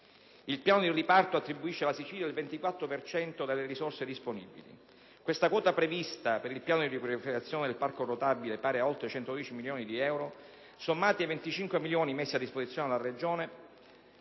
Il piano di riparto attribuisce alla Sicilia il 24 per cento delle risorse disponibili; questa quota prevista per il piano di riqualificazione del parco rotabile, pari ad oltre 110 milioni di euro, sommata ai 25 milioni messi a disposizione dalla Regione,